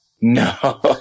No